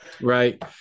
right